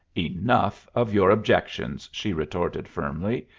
enough of your objections, she retorted firmly.